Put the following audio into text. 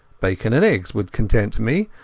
bacon and eggs would content me,